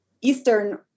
Eastern